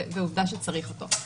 ועובדה שצריך אותה.